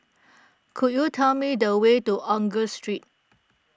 could you tell me the way to Angus Street